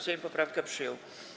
Sejm poprawkę przyjął.